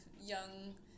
young